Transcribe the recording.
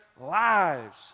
lives